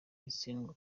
itsindwa